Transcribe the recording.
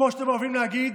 כמו שאתם אוהבים להגיד,